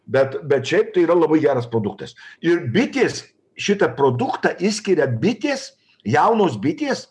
bet bet šiaip tai yra labai geras produktas ir bitės šitą produktą išskiria bitės jaunos bitės